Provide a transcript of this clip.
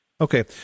Okay